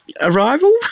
Arrival